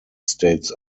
states